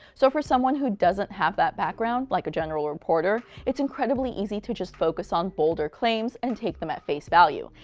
so, for someone who doesn't have that background, like a general reporter, it's incredibly easy to just focus on bolder claims, and take them at face value.